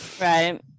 Right